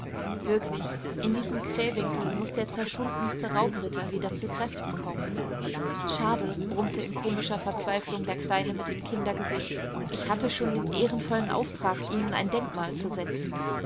wirklich in diesem krähwinkel muß der zerschundenste raubritter wieder zu kräften kommen schade brummte in komischer verzweiflung der kleine mit dem kindergesicht ich hatte schon den ehrenvollen auftrag ihnen ein denkmal zu setzen